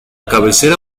cabecera